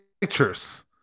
pictures